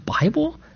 Bible